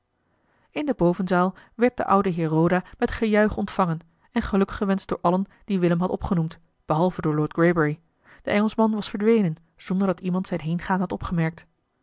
in de bovenzaal werd de oude heer roda met gejuich ontvangen en gelukgewenscht door allen die willem had opgenoemd behalve door lord greybury de engelschman was verdwenen zonder dat iemand zijn heengaan had opgemerkt